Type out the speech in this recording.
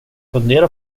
fundera